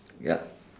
ya